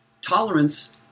Tolerance